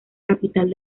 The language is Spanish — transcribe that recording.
capital